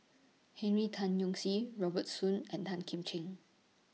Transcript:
Henry Tan Yoke See Robert Soon and Tan Kim Ching